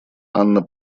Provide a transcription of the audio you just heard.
анна